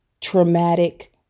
traumatic